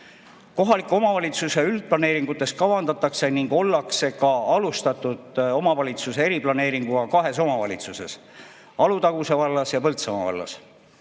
Kohaliku omavalitsuse üldplaneeringutes kavandatakse ning ollakse ka alustanud omavalitsuse eriplaneeringuga kahes omavalitsuses: Alutaguse vallas ja Põltsamaa vallas.